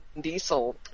Diesel